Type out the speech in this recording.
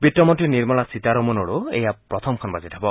বিত্তমন্ত্ৰী নিৰ্মলা সীতাৰমণৰো এয়া প্ৰথমখন বাজেট হ'ব